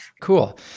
Cool